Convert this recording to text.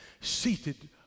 seated